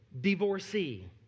Divorcee